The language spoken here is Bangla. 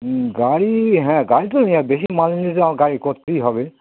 হম গাড়ি হ্যাঁ গাড়ি তো নে বেশি মাল নিয়ে যেতে গাড়ি করতেই হবে